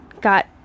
got